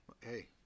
Hey